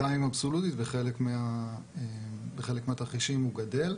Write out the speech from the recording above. גם אם אבסולוטית בחלק מהתרחישים הוא גדל.